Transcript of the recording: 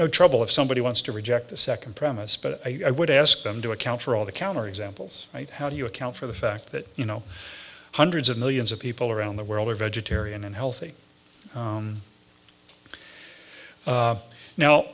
no trouble if somebody wants to reject the second premise but i would ask them to account for all the counter examples how do you account for the fact that you know hundreds of millions of people around the world are vegetarian and healthy